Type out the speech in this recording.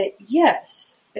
Yes